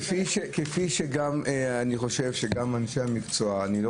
כפי שאני חושב שגם אנשי המקצוע אני לא